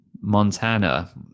Montana